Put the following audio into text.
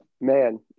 Man